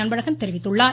அன்பழகன் தெரிவித்துள்ளார்